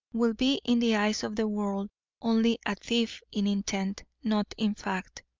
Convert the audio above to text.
will be in the eyes of the world only a thief in intent, not in fact